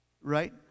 right